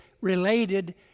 related